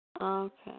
Okay